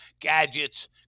gadgets